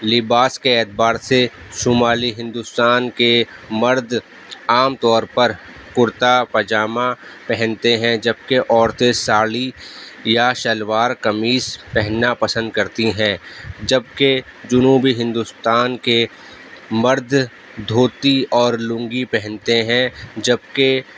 لباس کے اعتبار سے شمالی ہندوستان کے مرد عام طور پر کرتا پاجامہ پہنتے ہیں جبکہ عورتیں ساڑی یا شلوار قمیص پہننا پسند کرتی ہیں جبکہ جنوبی ہندوستان کے مرد دھوتی اور لنگی پہنتے ہیں جبکہ